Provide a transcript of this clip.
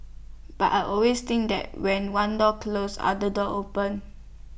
but I always think that when one door closes other door open